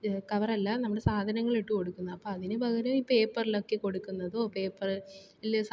cover അല്ല നമ്മൾ സാധനങ്ങളിട്ട് കൊടുക്കുന്നത് അപ്പം അതിന് പകരം ഈ പേപ്പറിലൊക്കെ കൊടുക്കുന്നതോ പേപ്പറിൽ